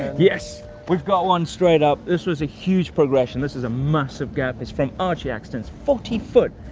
yes, we've got one straight up. this was a huge progression. this is a massive gap, it's from archie axton. it's forty foot.